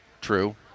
true